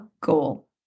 goal